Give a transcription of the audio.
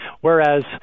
whereas